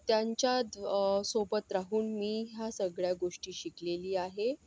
त्यांच्या सोबत राहून मी ह्या सगळ्या गोष्टी शिकलेली आहे